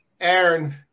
Aaron